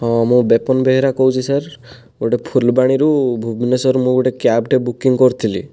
ହଁ ମୁଁ ବେପନ ବେହେରା କହୁଛି ସାର୍ ଗୋଟିଏ ଫୁଲବାଣୀରୁ ଭୁବନେଶ୍ୱର ମୁଁ ଗୋଟିଏ କ୍ୟାବ୍ ଟେ ବୁକିଂ କରିଥିଲି